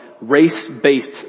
race-based